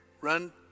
Run